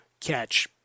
catch